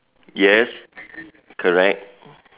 yes correct